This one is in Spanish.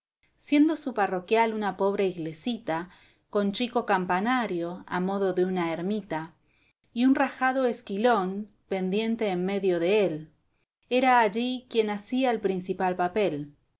siendo su parroquial una pobre iglesita con chico campanario a modo de una ermita y un rajado esquilón pendiente en medio de él era allí quien hacía el principal papel